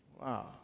Wow